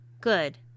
Good